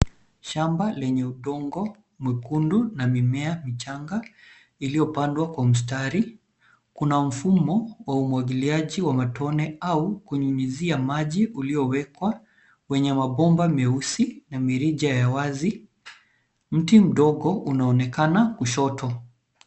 Shamba lenye udongo mwekundu na mimea michanga iliyopandwa kwa mstari. Kuna mfumo wa umwagiliaji wa matone au kunyunyizia maji uliowekwa kwenye mabomba meusi na mirija ya wazi. Mti mdogo unaonekana kushoto.